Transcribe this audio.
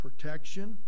protection